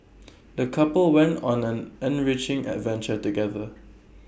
the couple went on an enriching adventure together